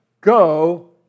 Go